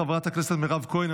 חברת הכנסת מירב כהן,